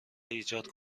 ایجاد